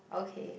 okay